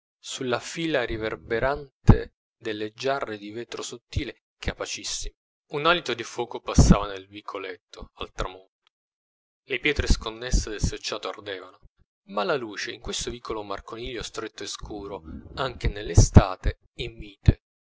sulla fila riverberante delle giarre di vetro sottile capacissime un alito di fuoco passava nel vicoletto al tramonto le pietre sconnesse del selciato ardevano ma la luce in questo vico marconiglio stretto e scuro anche nell'estate è mite